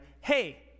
hey